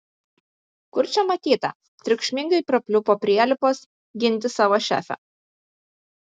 kur čia matyta triukšmingai prapliupo prielipos ginti savo šefę